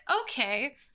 okay